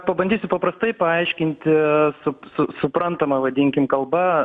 pabandysiu paprastai paaiškinti su suprantama vadinkim kalba